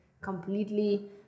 completely